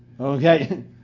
okay